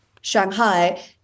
Shanghai